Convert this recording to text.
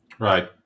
Right